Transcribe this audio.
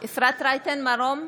אפרת רייטן מרום,